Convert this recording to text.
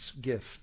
gift